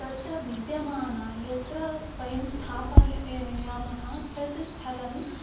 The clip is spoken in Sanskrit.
तत्र विद्यमानं यत्र वयं स्थापयामः तद् स्थलम्